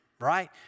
right